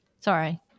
Sorry